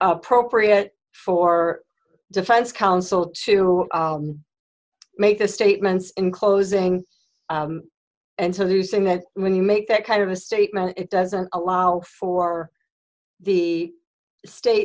appropriate for defense counsel to make the statements in closing and so you saying that when you make that kind of a statement it doesn't allow for the state